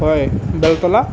হয় বেলতলা